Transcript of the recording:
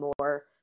more